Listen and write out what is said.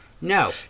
No